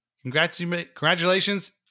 Congratulations